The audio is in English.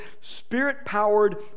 Spirit-powered